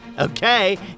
Okay